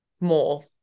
more